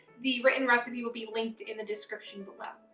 the written recipe will be linked in the description below.